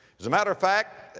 as a matter of fact,